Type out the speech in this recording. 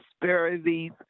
disparities